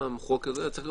גם החוק הזה,